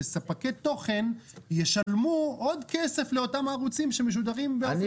שספקי תוכן ישלמו עוד כסף לאותם ערוצים שמשודרים בעידן פלוס בחינם.